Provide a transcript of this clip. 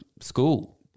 school